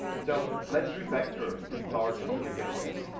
so let's refactor this large, complicated test.